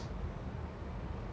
retail experience or anything